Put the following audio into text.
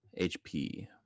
HP